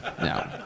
No